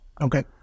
Okay